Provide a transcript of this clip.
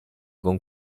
con